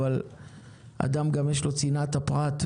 אבל לאדם יש גם צנעת הפרט,